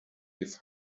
his